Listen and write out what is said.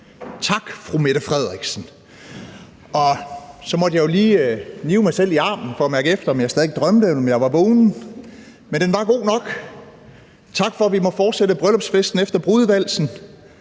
tak, fru Mette Frederiksen. Så måtte jeg jo lige nive mig selv i armen for at mærke efter, om jeg stadig væk drømte, eller om jeg var vågen. Men den var god nok. Tak for, at vi må fortsætte bryllupsfesten efter brudevalsen,